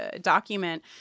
document